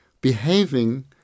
behaving